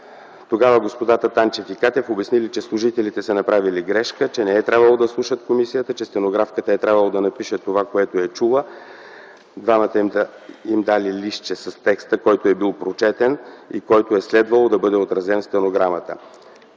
Тогава господата Танчев и Катев обяснили, че служителите са направили грешка, че не е трябвало да слушат комисията, че стенографката е трябвало да напише това, което е чула. Двамата им дали "листче" с текста, който е бил прочетен и който е следвало да бъде отразен в стенограмата.